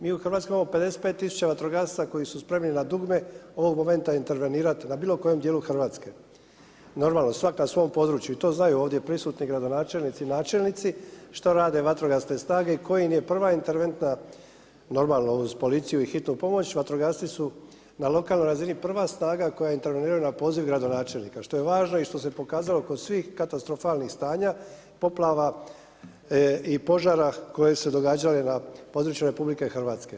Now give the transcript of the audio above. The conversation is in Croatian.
Mi u Hrvatskoj imamo 55 tisuća vatrogasaca koji su spremni na dugme ovog momenta intervenirati na bilo kojem dijelu Hrvatske, normalno svak na svom području i to znaju ovdje prisutni gradonačelnici, načelnici što rade vatrogasne snage i koja im je prva interventna, normalno uz policiju i hitnu pomoć vatrogasci su na lokalnoj razini prva snaga koja intervenira na poziv gradonačelnika što je važno i što se pokazalo kod svih katastrofalnih stanja, poplava i požara koje su se događale na području RH.